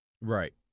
Right